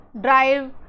drive